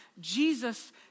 Jesus